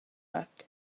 left